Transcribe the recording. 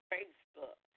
Facebook